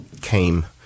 came